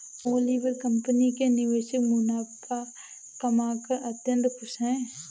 Oliver company के निवेशक मुनाफा कमाकर अत्यंत खुश हैं